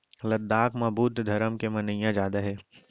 लद्दाख म बुद्ध धरम के मनइया जादा हे